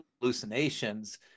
hallucinations